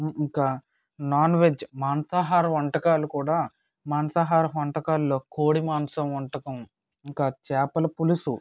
ఇంకా non veg మాంసాహార వంటకాలు కూడా మాంసాహార వంటకాల్లో కోడి మాంసం వంటకం ఇంకా చేపల పులుసు